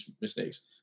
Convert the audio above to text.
mistakes